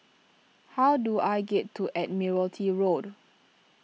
how do I get to Admiralty Road